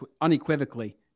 unequivocally